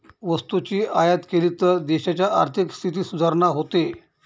वस्तूची आयात केली तर देशाच्या आर्थिक स्थितीत सुधारणा होते